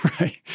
Right